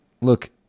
Look